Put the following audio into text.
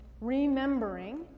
remembering